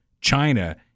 China